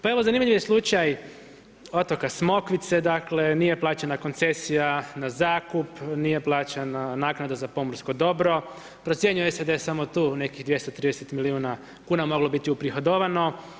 Pa evo, zanimljiv je slučaj otoka Smokvice, dakle, nije plaćena koncesija na zakup, nije plaćena naknada za pomorsko dobro, procjenjuje se da je samo tu nekih 230 milijuna kn moglo biti uprihodovalo.